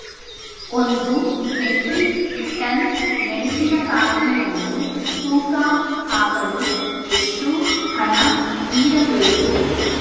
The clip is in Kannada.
ಒಂದು ಮೆಟ್ರಿಕ್ ಟನ್ ಮೆಣಸಿನಕಾಯಿಯನ್ನು ತೂಕ ಹಾಕಲು ಎಷ್ಟು ಹಣ ನೀಡಬೇಕು?